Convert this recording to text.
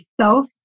self